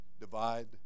divide